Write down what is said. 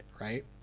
right